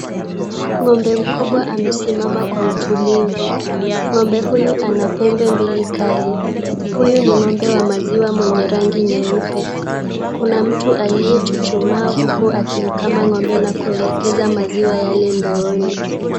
Ng'ombe mkubwa amesimama kwa utulivu. Ng'ombe huyu ana pembe mbili kali. Huyu ni ng'ombe wa maziwa mwenye rangi nyeupe. Kuna mtu aliyechuchumaa huku akimkama ng'ombe na kuelekeza maziwa yale ndooni.